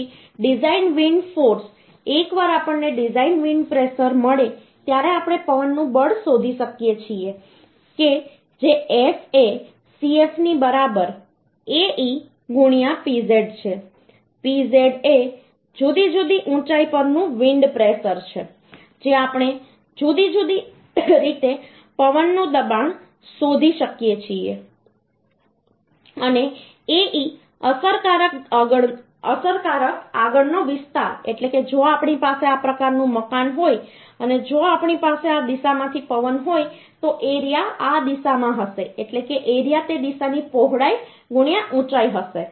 પછી design wind force એકવાર આપણને ડિઝાઈન વિન્ડ પ્રેશર મળે ત્યારે આપણે પવનનું બળ શોધી શકીએ છીએ કે જે F એ Cf ની બરાબર Ae ં pz છે pz એ જુદી જુદી ઊંચાઈ પરનું વિન્ડ પ્રેશર છે જે આપણે જુદી જુદી રીતે પવનનું દબાણ શોધી શકીએ છીએ અને Ae અસરકારક આગળનો વિસ્તાર એટલે કે જો આપણી પાસે આ પ્રકારનું મકાન હોય અને જો આપણી પાસે આ દિશામાંથી પવન હોય તો એરિયા આ દિશામાં હશે એટલે કે એરિયા તે દિશાની પહોળાઈ ઊંચાઈ હશે